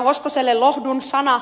hoskoselle lohdun sana